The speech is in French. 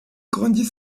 grandit